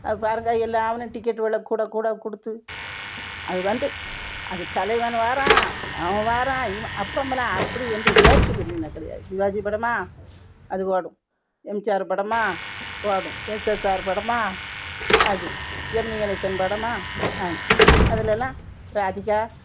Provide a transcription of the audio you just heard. அப்போ பாருங்க எல்லாரும் டிக்கெட்டுல கூட கூட கொடுத்து அது வந்து அது தலைவன் வாரான் அவன் வரான் இவன் அப்போமெல்லாம் அப்படி வந்து வேற்றுப்பிரிவின கிடையாது சிவாஜி படமா அது ஓடும் எம்ஜிஆர் படமாக ஓடும் எஸ்எஸ்ஆர் படமாக அது ஜெமினி கணேசன் படமாக அதுலெல்லாம் ராதிகா